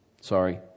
sorry